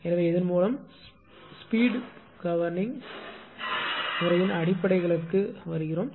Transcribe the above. எனவே இதன்மூலம் speed governing முறையின் அடிப்படைகளுக்கு வருவோம்